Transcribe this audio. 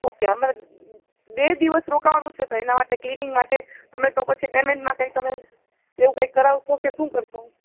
okay અમારે બે દિવસ રોકાવાનું છે તો એના માટે ક્લિનિગ માટે તમે તો પછી પેમેન્ટ માટે કંઈ તમે એવું કાંઈ કરાવશો કે શું કરશો